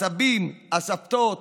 הסבים והסבתות,